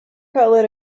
cutlet